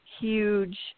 huge